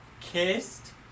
kissed